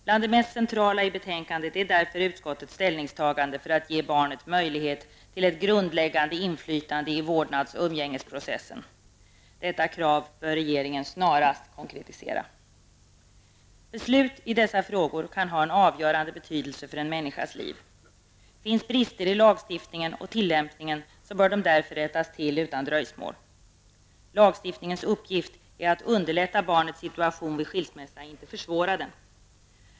Bland det mest centrala i betänkandet är därför utskottets ställningstagande för att ge barnet möjlighet till ett grundläggande inflytande i vårdnads och umgängesprocessen. Detta krav bör regeringen snarast konkretisera. Beslut i dessa frågor kan ha en avgörande betydelse för en människas liv. Finns det brister i lagstiftning och tillämpning, bör dessa därför rättas till utan dröjsmål. Lagstiftningens uppgift är att underlätta barnens situation vid skilsmässa, inte försvåra den.